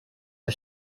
der